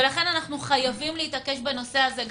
לכן אנחנו חייבים להתעקש בנושא הזה.